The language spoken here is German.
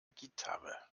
gitarre